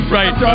right